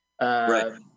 Right